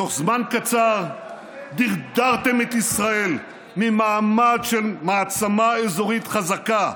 תוך זמן קצר דרדרתם את ישראל ממעמד של מעצמה אזורית חזקה,